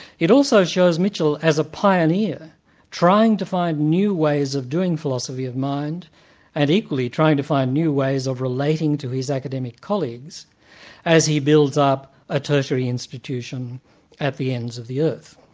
it also shows mitchell as a pioneer trying to find new ways of doing philosophy of mind and equally trying to find new ways of relating to his academic colleagues as he builds up a tertiary institution at the ends of the earth.